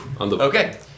Okay